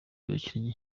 bakinnyi